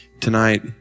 tonight